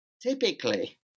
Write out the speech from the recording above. typically